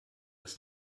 das